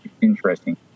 interesting